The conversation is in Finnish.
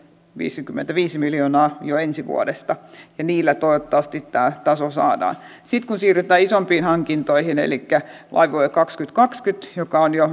viisikymmentäviisi miljoonaa jo ensi vuodesta ja niillä toivottavasti tämä taso saadaan sitten kun siirrytään isompiin hankintoihin elikkä laivue kaksituhattakaksikymmentä joka on jo